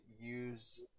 use